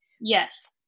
Yes